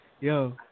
yo